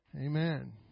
Amen